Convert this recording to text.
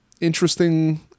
interesting